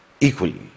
equally